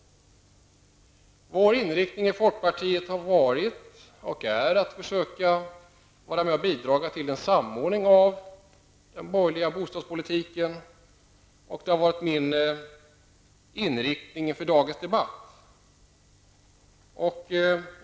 Folkpartiets inriktning har varit och är att försöka vara med och bidra till en samordning av den borgerliga bostadspolitiken. Detta har även varit min inriktning inför dagens debatt.